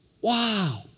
Wow